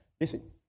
Listen